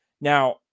Now